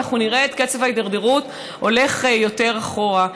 אנחנו נראה את קצב ההידרדרות הולך יותר אחורה.